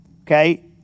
Okay